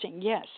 yes